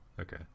okay